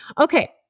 Okay